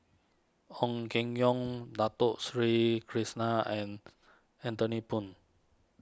Ong Keng Yong Dato Sri Krishna and Anthony Poon